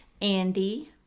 Andy